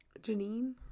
Janine